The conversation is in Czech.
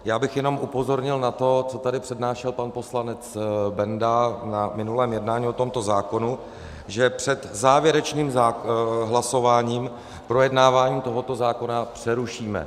Já bych jenom upozornil na to, co tady přednášel pan poslanec Benda na minulém jednání o tomto zákonu, že před závěrečným hlasováním projednávání tohoto zákona přerušíme.